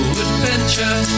adventure